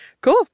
Cool